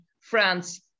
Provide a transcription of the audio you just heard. France